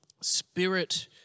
spirit